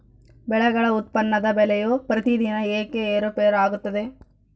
ಬೆಳೆಗಳ ಉತ್ಪನ್ನದ ಬೆಲೆಯು ಪ್ರತಿದಿನ ಏಕೆ ಏರುಪೇರು ಆಗುತ್ತದೆ?